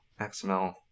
XML